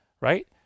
right